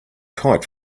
kite